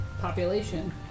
population